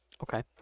okay